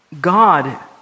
God